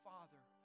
Father